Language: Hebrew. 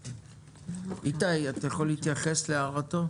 איתי, אתה יכול להתייחס להערתו?